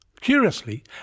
Curiously